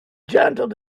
gentle